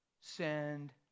send